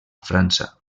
frança